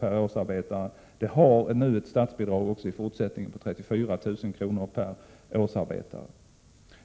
per årsarbetare och har också i fortsättningen ett statsbidrag på 34 000 kr. per årsarbetare.